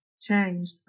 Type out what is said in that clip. changed